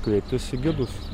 kreiptis į gidus